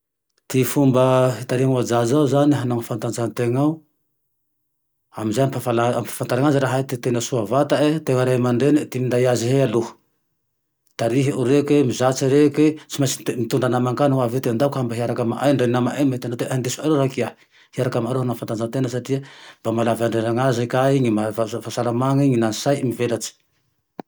Ty fomba hitarihanao ajaja ao zane hanao fanatanjahatena ao, ame zay ampahafantare aze raha ay te tena soa vatae tena ray aman-dreny ty minday aze he aloha, tarihoo reke, mizatsy reke, tsy maintsy mitondra namany ka naho avy eo, andao koahy mba hiarake amay ndre namae mety hanao hoy tia indesonareo raho kiahy hiaraky amy areo hanao fanatanjahatena satria mba mahalava andro iainana aze kay ny maha soa fahasalamane na ny sainy mivelatsy